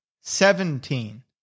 seventeen